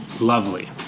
lovely